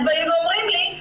אז באים ואומרים לי,